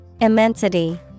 Immensity